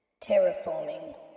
Terraforming